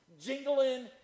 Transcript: jingling